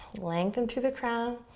lengthen through the crown.